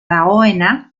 dagoena